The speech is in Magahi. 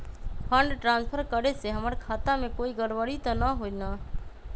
फंड ट्रांसफर करे से हमर खाता में कोई गड़बड़ी त न होई न?